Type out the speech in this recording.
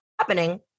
happening